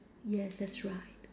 yes that's right